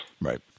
Right